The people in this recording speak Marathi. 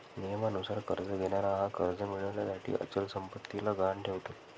नियमानुसार कर्ज घेणारा हा कर्ज मिळविण्यासाठी अचल संपत्तीला गहाण ठेवतो